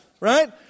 Right